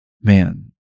man